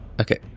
Okay